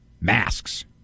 masks